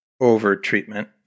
over-treatment